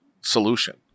solution